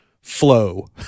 flow